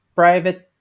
private